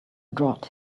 drought